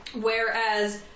Whereas